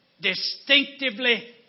distinctively